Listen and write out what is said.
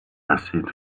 acid